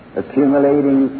accumulating